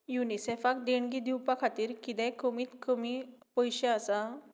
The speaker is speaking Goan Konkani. युनिसेफाक देणगी दिवपा खातीर किदेंय कमीत कमी पयशे आसा